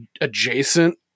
adjacent